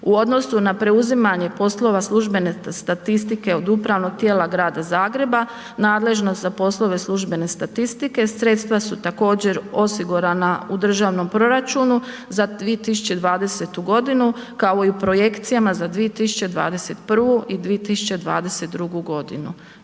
U odnosu na preuzimanje poslova službene statistike od upravnog tijela Grada Zagreba, nadležnost za poslove službene statistike sredstva su također osigurana u Državnom proračunu za 2020. godinu kao i u projekcijama za 2021. i 2022. godinu.